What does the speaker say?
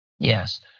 Yes